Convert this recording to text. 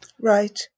Right